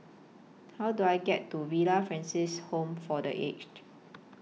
How Do I get to Villa Francis Home For The Aged